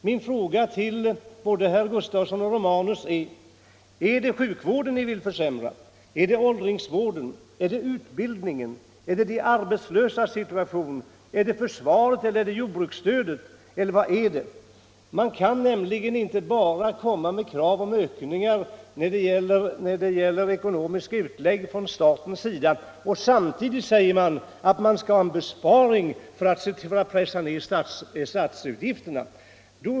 Min fråga till både herr Gustavsson i Alvesta och herr Romanus är: Är det sjukvården ni vill försämra, är det åldringsvården, är det utbildningen, är det de arbetslösas situation, är det försvaret, är det jordbruksstödet eller vad är det? Man kan nämligen inte på samma gång kräva ökade ekonomiska satsningar av staten och begära besparingar för att pressa ner statsutgifterna.